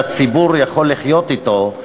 שהציבור יכול לחיות אתו,